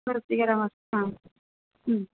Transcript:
तृप्तिकरमम् अस्ति